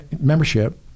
membership